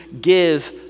give